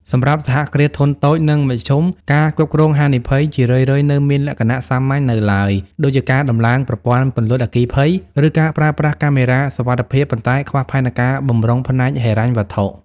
សម្រាប់ សហគ្រាសធុនតូច និងមធ្យមការគ្រប់គ្រងហានិភ័យជារឿយៗនៅមានលក្ខណៈសាមញ្ញនៅឡើយ ដូចជាការដំឡើងប្រព័ន្ធពន្លត់អគ្គិភ័យ ឬការប្រើប្រាស់កាមេរ៉ាសុវត្ថិភាព ប៉ុន្តែខ្វះផែនការបម្រុងផ្នែកហិរញ្ញវត្ថុ។